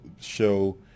show